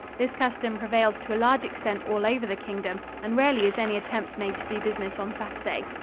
this custom prevails to a large extent all over the kingdom, and rarely is any attempt made to do business on saturday.